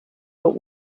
but